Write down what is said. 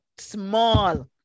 small